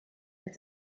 als